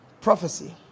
prophecy